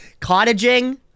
cottaging